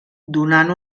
donant